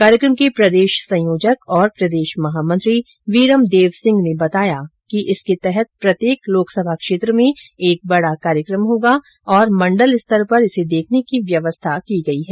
कार्यक्रम के प्रदेश संयोजक और प्रदेश महामंत्री वीरम देव सिंह ने बताया कि इसके तहत प्रत्येक लोकसभा क्षेत्र में एक बडा कार्यक्रम होगा तथा मण्डल स्तर पर इसे देखने की व्यवस्था की गई है